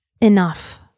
enough